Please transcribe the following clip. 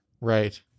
Right